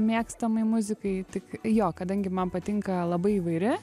mėgstamai muzikai tik jo kadangi man patinka labai įvairi